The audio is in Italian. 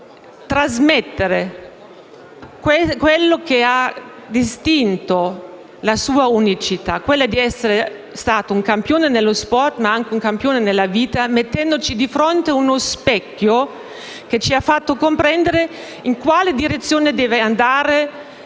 è trasmettere ciò che ha distinto la sua unicità: l'essere stato un campione nello sport, ma anche un campione nella vita, mettendoci di fronte a un specchio che ci ha fatto comprendere in quale direzione deve andare